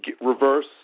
reverse